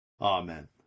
Amen